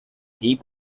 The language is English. deep